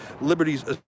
Liberties